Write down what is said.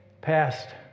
passed